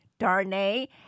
Darnay